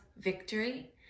victory